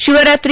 Shivaratri